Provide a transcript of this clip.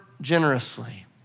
generously